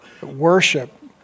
Worship